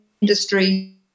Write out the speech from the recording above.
industry